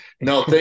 no